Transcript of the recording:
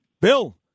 Bill